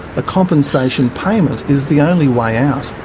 a compensation payment is the only way out.